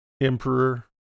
Emperor